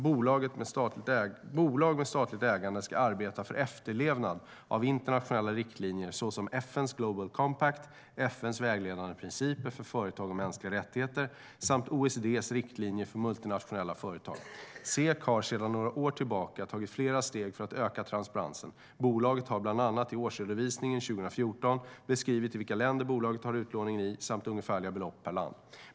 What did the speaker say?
Bolag med statligt ägande ska arbeta för efterlevnaden av internationella riktlinjer såsom FN:s Global Compact, FN:s vägledande principer för företag och mänskliga rättigheter samt OECD:s riktlinjer för multinationella företag. SEK har sedan några år tillbaka tagit flera steg för att öka transparensen. Bolaget har bland annat i årsredovisningen 2014 beskrivit i vilka länder bolaget har utlåning samt ungefärliga belopp per land.